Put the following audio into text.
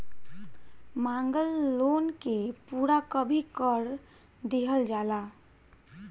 मांगल लोन के पूरा कभी कर दीहल जाला